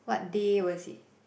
what day was it